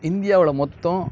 இந்தியாவில் மொத்தம்